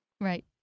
Right